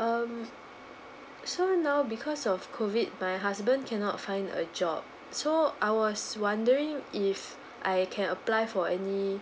um so now because of COVID my husband cannot find a job so I was wondering if I can apply for any